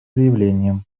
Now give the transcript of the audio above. заявлением